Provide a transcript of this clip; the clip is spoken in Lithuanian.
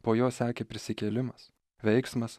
po jos sekė prisikėlimas veiksmas